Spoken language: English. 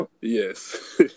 Yes